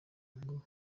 ngo